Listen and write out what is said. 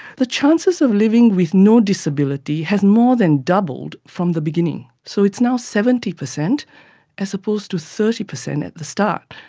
the chances of living with no disability has more than doubled from the beginning. so it's now seventy percent as opposed to thirty percent at the start.